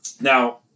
Now